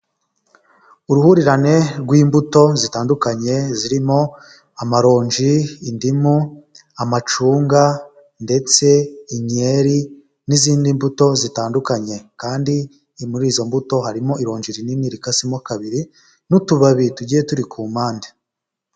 Uruhurirane rw'imbuto zitandukanye zirimo amaronji, indimu, amacunga ndetse inkeri n'izindi mbuto zitandukanye, kandi muri izo mbuto harimo ironj rinini rikasemo kabiri n'utubabi tugiye turi ku mpande.